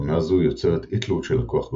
תכונה זו יוצרת אי-תלות של הכוח במרחק,